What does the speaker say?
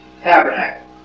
tabernacle